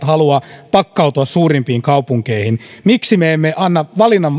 halua pakkautua suurimpiin kaupunkeihin miksi me emme anna